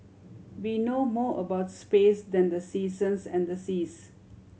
we know more about space than the seasons and the seas